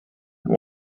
and